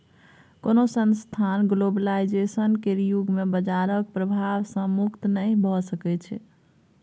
कोनो संस्थान ग्लोबलाइजेशन केर युग मे बजारक प्रभाव सँ मुक्त नहि भऽ सकै छै